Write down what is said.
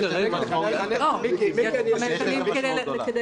יש לזה משמעות גדולה.